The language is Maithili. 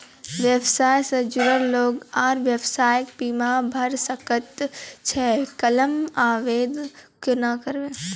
व्यवसाय सॅ जुड़ल लोक आर व्यवसायक बीमा भऽ सकैत छै? क्लेमक आवेदन कुना करवै?